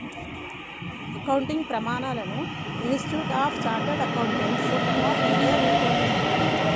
accounting ప్రమాణాలను institute of chartered accountants of India రూపొందిస్తుంది